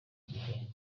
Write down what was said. gihe